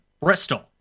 Bristol